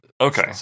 Okay